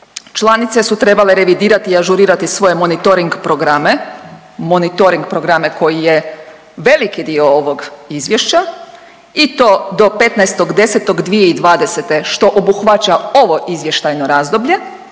Članice su trebale revidirati i ažurirati svoje monitoring programe, monitoring programe koji je veliki dio ovog izvješća i to do 15.10.2020. što obuhvaća ovo izvještajno razdoblje